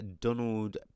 Donald